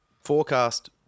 forecast